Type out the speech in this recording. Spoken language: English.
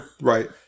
Right